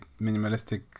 minimalistic